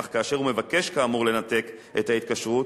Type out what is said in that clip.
אך כאשר הוא מבקש כאמור לנתק את ההתקשרות,